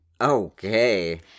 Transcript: Okay